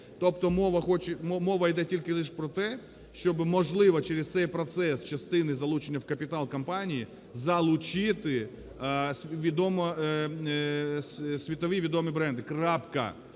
Тобто мова іде тільки лиш про те, щоби, можливо, через цей процес частини залучення в капітал компанії залучити світові відомі бренди.